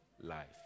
life